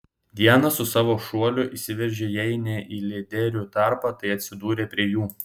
diana su savo šuoliu įsiveržė jei ne į lyderių tarpą tai atsidūrė prie jų